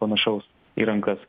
panašaus į rankas